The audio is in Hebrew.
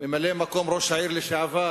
ממלא-מקום ראש העיר לשעבר,